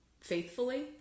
faithfully